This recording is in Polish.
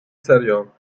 serio